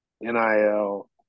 NIL